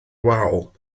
wal